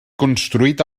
construït